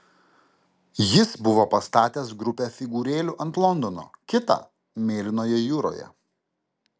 jis buvo pastatęs grupę figūrėlių ant londono kitą mėlynoje jūroje